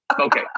Okay